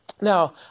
Now